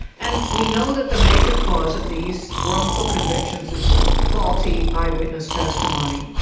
and we know that the major cause of these wrongful convictions is faulty eyewitness testimony.